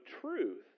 truth